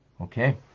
Okay